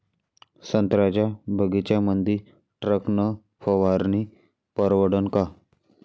संत्र्याच्या बगीच्यामंदी टॅक्टर न फवारनी परवडन का?